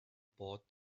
bought